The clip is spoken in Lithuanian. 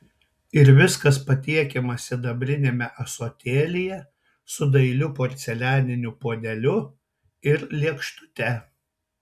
ir viskas patiekiama sidabriniame ąsotėlyje su dailiu porcelianiniu puodeliu ir lėkštute